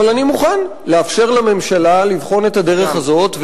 אבל אני מוכן לאפשר לממשלה לבחון את הדרך הזאת,